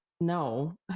no